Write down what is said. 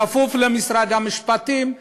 הכפופה למשרד המשפטים,